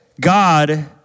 God